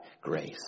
grace